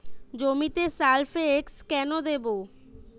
জমিতে সালফেক্স কেন দেবো?